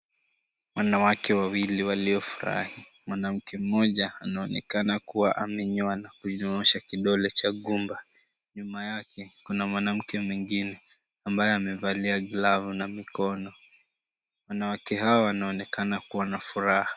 Wanawake wawili waliofurahi. Mwanamke mmoja anaonekana kuwa amenyoa na kunyoosha kidole cha gumba. Nyuma yake kuna mwanamke mwingine ambaye amevalia glovu na mikono. Wanawake hawa wanaonekana kuwa na furaha.